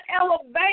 elevation